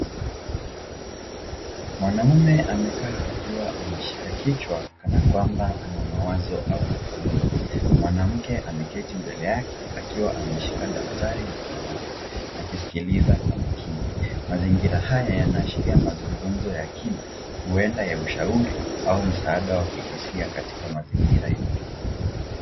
Mwanaume amekaa akiwa ameshika kichwa kana kwamba ana mawazo au huzuni. Mwanamke ameketi mbele yake akiwa ameshika daftari na kalamu akisikiliza kwa makini. Mazingira haya yanaashiria mazungumzo ya kina, huenda ya ushauri au msaada wa kihisia katika mazingira ya utulivu.